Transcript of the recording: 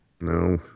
No